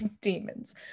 demons